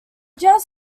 jazz